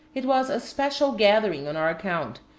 it was a special gathering on our account,